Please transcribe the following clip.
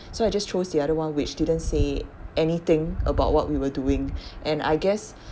so I just chose the other one which didn't say anything about what we were doing and I guess